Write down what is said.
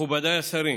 מכובדיי השרים,